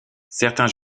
certains